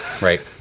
Right